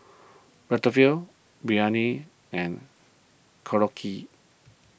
Biryani and Korokke